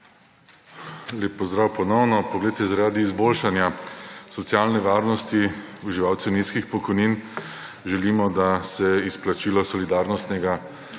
Lep pozdrav ponovno. Poglejte, zaradi izboljšanja socialne varnosti uživalcev nizkih pokojnin želimo, da se izplačilo solidarnostnega